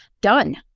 done